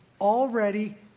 already